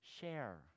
share